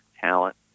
talent